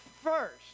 first